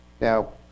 now